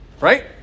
Right